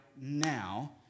now